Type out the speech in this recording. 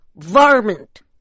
Varmint